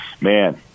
man